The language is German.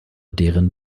deren